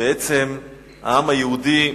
בעצם העם היהודי